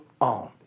on